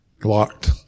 blocked